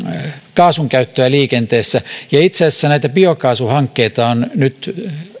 kaasun käyttöä liikenteessä ja itse asiassa näitä biokaasuhankkeita on nyt